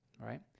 right